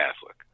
Catholic